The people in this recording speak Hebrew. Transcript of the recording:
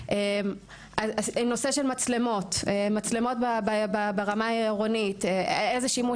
בנושא של מצלמות ברמה העירונית איזה שימוש